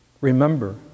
Remember